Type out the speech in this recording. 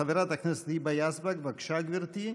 חברת הכנסת היבה יזבק, בבקשה, גברתי,